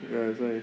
ya that's why